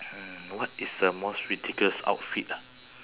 hmm what is the most ridiculous outfit ah